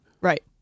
right